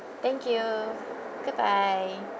thank you good bye